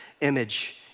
image